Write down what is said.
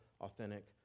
authentic